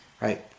right